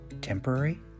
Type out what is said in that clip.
temporary